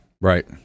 right